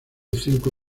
cinco